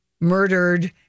murdered